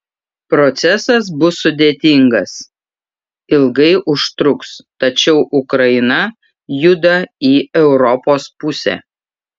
procesas bus sudėtingas ilgai užtruks tačiau ukraina juda į europos pusę